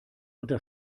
unter